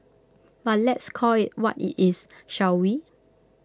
but let's call IT what IT is shall we